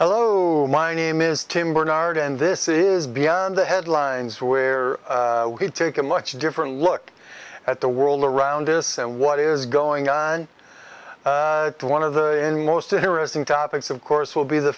hello my name is tim barnard and this is beyond the headlines where we take a much different look at the world around us and what is going on one of the most interesting topics of course will be the